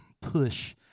push